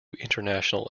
international